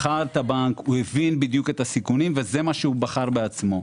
הבין את הסיכונים וזה מה שבחר בעצמו.